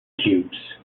cubes